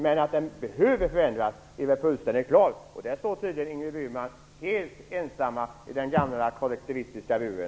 Men att den behöver förändras är fullständigt klart. Där står tydligen Ingrid Burman helt ensam i den gamla kollektivistiska buren.